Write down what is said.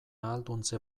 ahalduntze